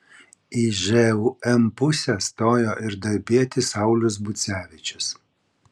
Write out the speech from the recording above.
į žūm pusę stojo ir darbietis saulius bucevičius